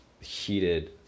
heated